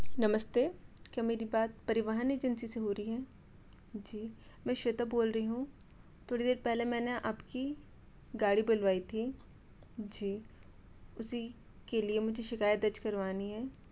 नमस्ते क्या मेरी बात परिवाहन एजेंसी से हो रही है जी मैं श्वेता बोल रही हूँ थोड़ी देर पहले मैंने आप की गाड़ी बुलवाई थी जी उसी के लिए मुझे शिकायत दर्ज करवानी है